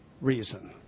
reason